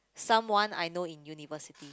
someone I know in university